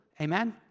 Amen